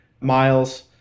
miles